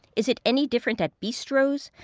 is it any different at bistros,